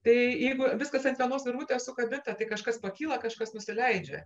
tai jeigu viskas ant vienos virvutės sukabinta tai kažkas pakyla kažkas nusileidžia